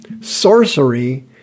Sorcery